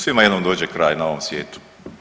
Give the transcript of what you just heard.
Svima jednom dođe kraj na ovom svijetu.